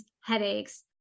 headaches